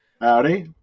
Howdy